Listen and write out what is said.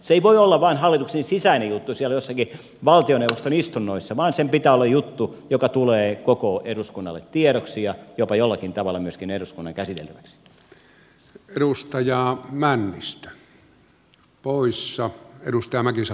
se ei voi olla vain hallituksen sisäinen juttu siellä jossakin valtioneuvoston istunnoissa vaan sen pitää olla juttu joka tulee koko eduskunnalle tiedoksi ja jopa jollakin tavalla myöskin eduskunnan käsiteltäväksi